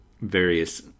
various